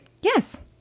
yes